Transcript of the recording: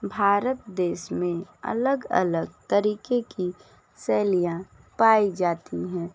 भारत देश में अलग अलग तरीके की शैलियाँ पाई जाती हैं